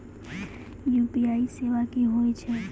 UPI सेवा की होय छै?